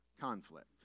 conflict